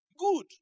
Good